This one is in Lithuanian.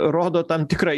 rodo tam tikrą